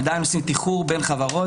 הן עדיין עושות תיחור בין חברות,